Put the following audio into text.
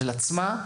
של עצמה,